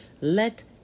let